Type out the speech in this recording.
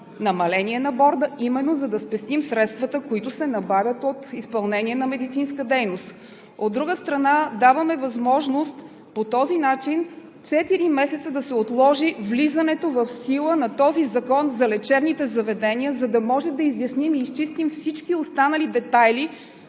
намаление на борда, за да спестим средствата, които се набавят от изпълнение на медицинска дейност. От друга страна, по този начин даваме възможност четири месеца да се отложи влизането в сила на Закона за лечебните заведения, за да може да изясним и изчистим всички останали детайли,